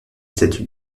statues